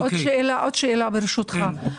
עוד שאלה ברשותך.